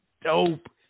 dope